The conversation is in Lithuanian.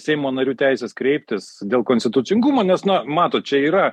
seimo narių teisės kreiptis dėl konstitucingumo nes na matot čia yra